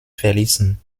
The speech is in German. verließen